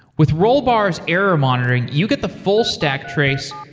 with rollbar s error monitoring, you get the full stack trace,